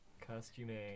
Costume